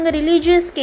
religious